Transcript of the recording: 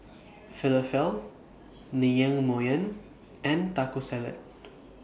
Falafel Naengmyeon and Taco Salad